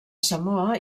samoa